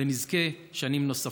ונזכה שנים נוספות.